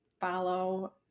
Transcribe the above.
follow